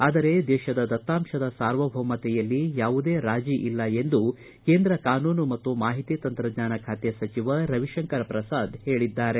ಆದರೆ ದೇಶದ ದತ್ತಾಂಶದ ಸಾರ್ವಭೌಮತೆಯಲ್ಲಿ ಯಾವುದೇ ರಾಜಿ ಇಲ್ಲ ಎಂದು ಕೇಂದ್ರ ಕಾನೂನು ಮತ್ತು ಮಾಹಿತಿ ತಂತ್ರಜ್ಞಾನ ಸಚಿವ ರವಿಶಂಕರ ಪ್ರಸಾದ ಹೇಳಿದ್ದಾರೆ